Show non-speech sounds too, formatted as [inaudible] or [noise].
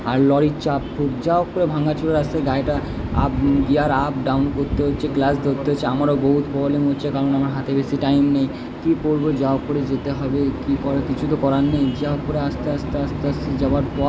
আর লরির চাপ খুব যা [unintelligible] করে ভাঙাচোরা রাস্তায় গাড়িটা আপ গিয়ার আপ ডাউন করতে হচ্ছে ক্লাচ ধরতে হচ্ছে আমারো বহুত প্রবলেম হচ্ছে কারণ আমার হাতে বেশি টাইম নেই কি করবো যা হোক করে যেতে হবেই কি করার কিছু তো করার নেই যা হোক করে আস্তে আস্তে আস্তে আস্তে যাবার পর